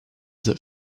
that